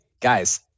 guys